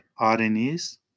RNAs